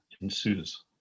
ensues